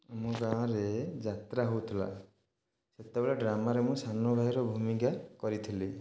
ଆମ ଗାଁରେ ଯାତ୍ରା ହେଉଥିଲା ସେତେବେଳେ ଡ୍ରାମାରେ ମୁଁ ସାନ ଭାଇର ଭୂମିକା କରିଥିଲି